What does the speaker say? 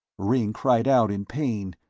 ringg cried out in pain.